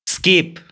skip